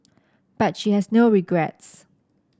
but she has no regrets